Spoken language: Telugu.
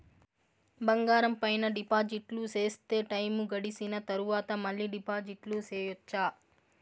బంగారం పైన డిపాజిట్లు సేస్తే, టైము గడిసిన తరవాత, మళ్ళీ డిపాజిట్లు సెయొచ్చా?